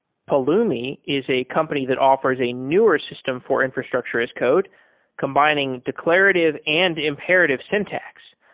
pulumi is a company that offers a newer system for infrastructure as code combining declarative and imperative syntax.